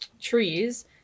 trees